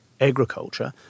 agriculture